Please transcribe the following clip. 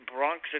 Bronx